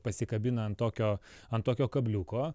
pasikabina ant tokio ant tokio kabliuko